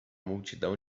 multidão